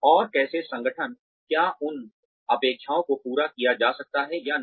और कैसे संगठन क्या उन अपेक्षाओं को पूरा किया जा सकता है या नहीं